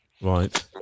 Right